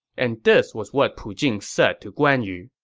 and this was what pu jing said to guan yu